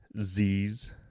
Z's